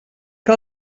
que